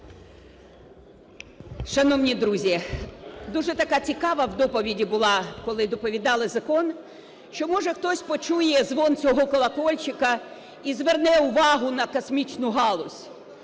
Шановні друзі, дуже така цікава в доповіді була, коли доповідали закон, що, може, хтось почує звон цього колокольчика і зверне увагу на космічну галузь.